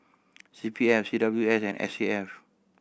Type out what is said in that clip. C P F C W S and S A F